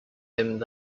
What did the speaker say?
him